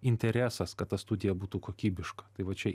interesas kad ta studija būtų kokybiška tai va čia